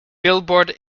billboard